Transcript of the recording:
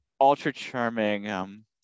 ultra-charming